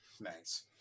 Nice